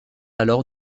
alors